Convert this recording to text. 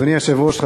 אדוני היושב-ראש,